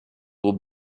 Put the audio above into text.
will